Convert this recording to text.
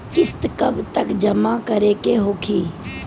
किस्त कब तक जमा करें के होखी?